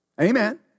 Amen